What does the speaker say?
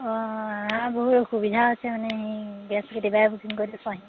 অঁ বহুত অসুবিধা হৈছে মানে সেই গেছ কেতিয়াবাই বুকিং কৰি থৈছোঁ আহিব